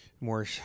More